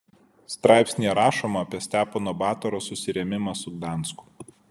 straipsnyje rašoma apie stepono batoro susirėmimą su gdansku